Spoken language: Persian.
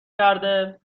کرده